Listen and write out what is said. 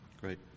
Great